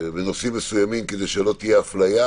בנושאים מסוימים כדי שלא תהיה אפליה,